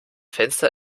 fenster